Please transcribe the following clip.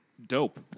Dope